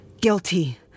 guilty